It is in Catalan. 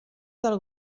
del